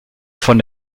von